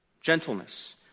gentleness